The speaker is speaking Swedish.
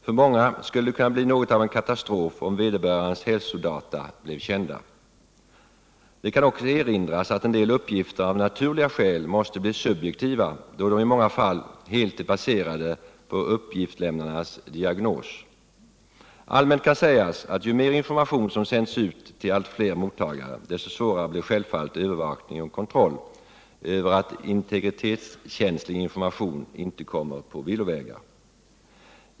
För många skulle det bli något av en katastrof om vederbörandes hälsodata blev kända. Det kan också erinras om att en del uppgifter av naturliga skäl måste bli subjektiva, eftersom de i många fall helt är baserade på uppgiftslämnarnas diagnos. Allmänt kan sägas att ju mer information som sänds ut till allt fler mottagare, desto svårare blir självfallet övervakningen och kontrollen över att integritetskänslig information inte kommer på villovägar.